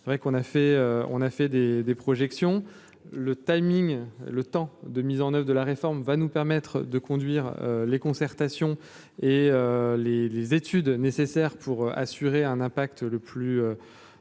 a fait, on a fait des des projections, le timing, le temps de mise en oeuvre de la réforme va nous permettre de conduire les concertations et les les études nécessaires pour assurer un impact le plus minime